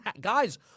Guys